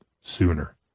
sooner